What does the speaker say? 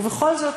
ובכל זאת,